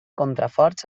contraforts